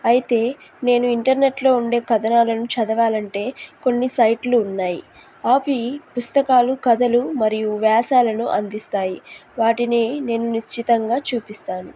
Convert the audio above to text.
అయితే నేను ఇంటర్నెట్లో ఉండే కథనాలను చదవాలంటే కొన్ని సైట్లు ఉన్నాయి అవి పుస్తకాలు కథలు మరియు వ్యాసాలను అందిస్తాయి వాటిని నేను నిశ్చితంగా చూపిస్తాను